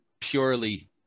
purely